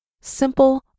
Simple